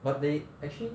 but they actually